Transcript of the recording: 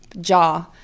jaw